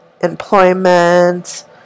employment